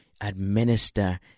administer